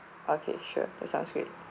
okay sure that sounds great